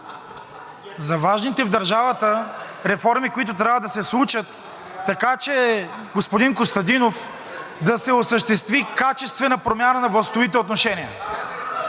…за важните в държавата реформи, които трябва да се случат така, че, господин Костадинов, да се осъществи качествена промяна на властовите отношения.